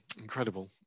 Incredible